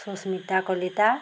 Sushmita Kalita